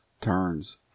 turns